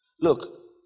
Look